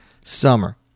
summer